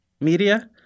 media